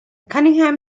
cunningham